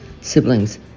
siblings